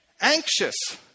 anxious